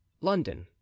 London